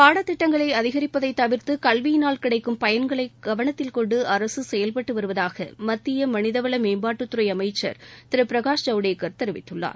பாடத்திட்டங்களை அதிகிப்பதை தவிந்த்து கல்வியினால் கிடைக்கும் பயன்களை கவனத்தில் கொண்டு அரசு செயல்பட்டு வருவதூக மத்திய மனிதவள மேம்பாட்டு துறை அமைச்சள் திரு பிரகாஷ் ஜவுடேள் தெரிவித்துள்ளார்